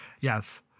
Yes